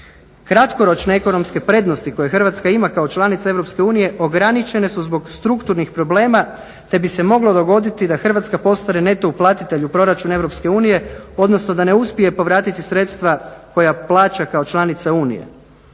Kratkoročne ekonomske prednosti koje Hrvatska ima kao članica EU ograničene su zbog strukturnih problema, te bi se moglo dogoditi da Hrvatska postane neto uplatitelj u proračun EU, odnosno da ne uspije povratiti sredstva koja plaća kao članica